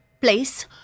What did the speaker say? place